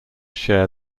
share